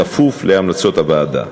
בכפוף להמלצות הוועדה.